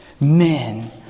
men